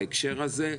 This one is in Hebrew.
בהקשר הזה,